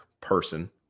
person